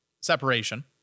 separation